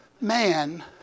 man